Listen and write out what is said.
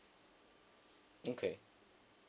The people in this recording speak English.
okay